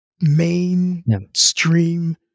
mainstream